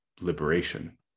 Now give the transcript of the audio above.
liberation